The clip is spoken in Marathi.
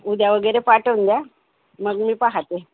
उद्या वगैरे पाठवून द्या मग मी पाहते